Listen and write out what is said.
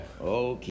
Okay